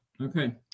Okay